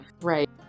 Right